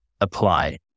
apply